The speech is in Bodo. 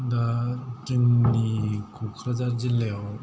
दा जोंनि ककराझार जिल्लायाव